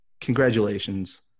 Congratulations